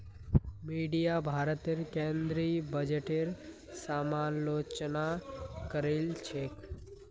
media भारतेर केंद्रीय बजटेर समालोचना करील छेक